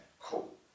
Cool